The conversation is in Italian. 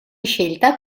scelta